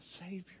Savior